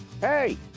Hey